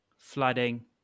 flooding